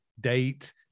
date